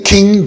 King